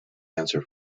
answer